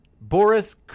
Boris